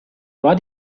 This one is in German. war